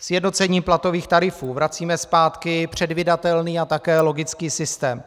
Sjednocením platových tarifů vracíme zpátky předvídatelný a také logický systém.